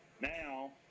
now